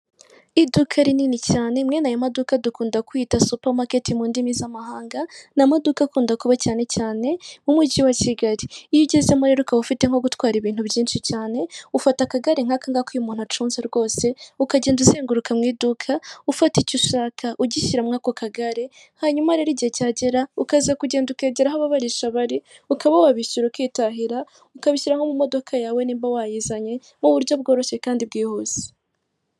Iduka rinini cyane mweneyo madokaka dukunda kwiyita supermarket mu ndimi z'amahanga na amaduka akunda kuba cyane cyane mu'umujyi wa kigali iyo ugezemo ukawu ufite nko gutwara ibintu byinshi cyane ufata akagare nkakanga ko iyo umuntu acunnze rwose ukagenda uzenguruka mu iduka ufata icyo ushakata ugishyiramo ako kagare hanyuma rero igihe cyagera ukaza kugenda ukegeraho barishari ukaba wabishyura ukitahira ukabishyiraraho mu modoka yawe nibamba wayizanye n'uburyo bworoshye kandi bwihuse.